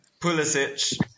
Pulisic